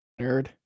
nerd